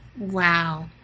Wow